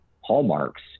hallmarks